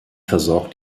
versorgt